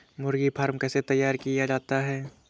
मुर्गी फार्म कैसे तैयार किया जाता है?